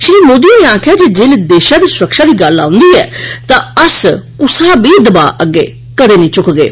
श्री मोदी होरें आक्खेआ जे जेल्लै देशा दी सुरक्षा दी गल्ल औंदी ऐ तां अस दबा अग्गै कदें नेई झुकगे